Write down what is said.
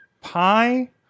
Pi